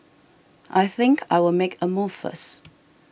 I think I will make a move first